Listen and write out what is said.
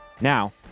Now